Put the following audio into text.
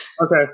Okay